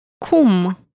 Cum